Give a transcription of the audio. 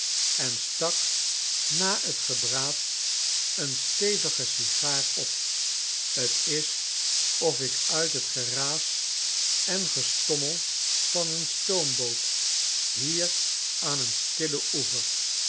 en stak na het gebraad een stevige sigaar op t is of ik uit het geraas en gestommel van een stoomboot hier aan een stillen oever